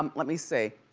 um let me say,